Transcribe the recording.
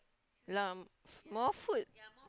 a lot of more food